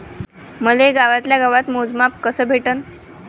मले गावातल्या गावात मोजमाप कस भेटन?